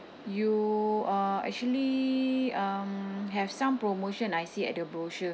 you are actually um have some promotion I see at the brochure